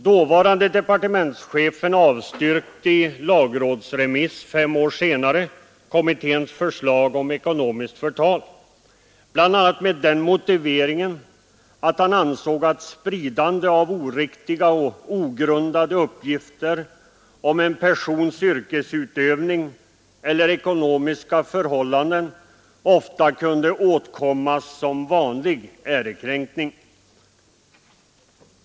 Dåvarande departementschefen avstyrkte i lagrådsremiss fem år senare kommitténs förslag om ekonomiskt förtal bl.a. med den motiveringen att han ansåg att spridande av oriktiga och ogrundade uppgifter om en persons yrkesutövning eller ekonomiska förhållanden ofta kunde åtkommas som vanlig ärekränkning.